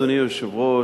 אדוני היושב-ראש,